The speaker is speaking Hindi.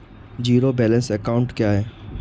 ज़ीरो बैलेंस अकाउंट क्या है?